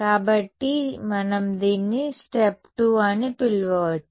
కాబట్టి మనం దీన్ని స్టెప్ 2 అని పిలవవచ్చు